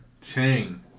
Chang